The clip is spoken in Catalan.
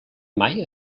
mai